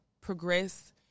progress